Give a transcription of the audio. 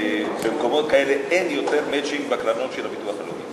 במקומות כאלה אין יותר מצ'ינג בקרנות של הביטוח הלאומי.